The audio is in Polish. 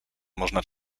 można